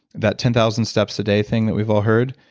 that ten thousand steps a day thing that we've all heard,